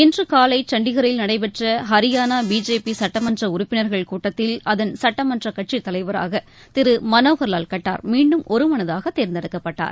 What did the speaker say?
இன்று காலை சண்டிகரில் நடைபெற்ற ஹரியானா பிஜேபி சுட்டமன்ற உறுப்பினர்கள் கூட்டத்தில் அதன் சட்டமன்றக்கட்சித் தலைவராக திரு மனோகர்லால் கட்டார் மீண்டும் ஒருமனதாக தேர்ந்தெடுக்கப்பட்டார்